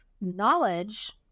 knowledge